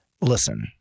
listen